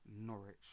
Norwich